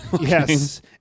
Yes